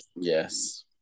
yes